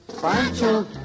Pancho